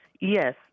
Yes